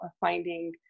finding